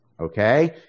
Okay